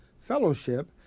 Fellowship